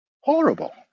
Horrible